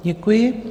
Děkuji.